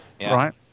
right